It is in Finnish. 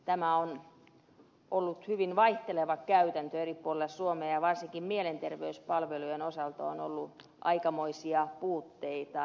tämä on ollut hyvin vaihteleva käytäntö eri puolilla suomea ja varsinkin mielenterveyspalvelujen osalta on ollut aikamoisia puutteita